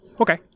okay